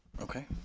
okay.